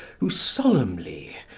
who solemnly,